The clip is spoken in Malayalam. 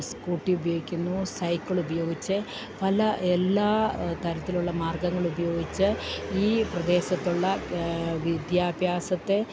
സ്കൂട്ടി ഉപയോഗിക്കുന്നു സൈക്കിളുപയോഗിച്ച് പല എല്ലാ തരത്തിലുള്ള മാർഗ്ഗങ്ങളുപയോഗിച്ച് ഈ പ്രദേശത്തുള്ള വിദ്യാഭ്യാസത്തെ